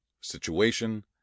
situation